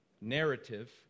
narrative